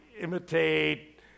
imitate